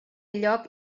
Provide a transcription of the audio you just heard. lloc